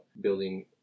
building